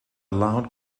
loud